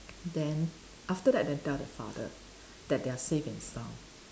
then after that then tell the father that they are safe and sound